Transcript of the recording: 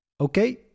Okay